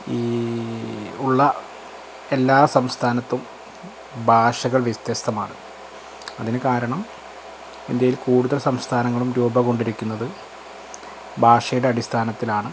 ഈ ഉള്ള എല്ലാ സംസ്ഥാനത്തും ഭാഷകൾ വ്യത്യസ്തമാണ് അതിനു കാരണം ഇന്ത്യയിൽ കൂടുതൽ സംസ്ഥാനങ്ങളും രൂപം കൊണ്ടിരിക്കുന്നത് ഭാഷയുടെ അടിസ്ഥാനത്തിലാണ്